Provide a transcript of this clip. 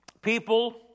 People